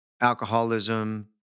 alcoholism